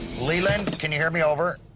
leland, can hear me, over.